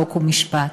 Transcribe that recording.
חוק ומשפט.